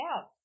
out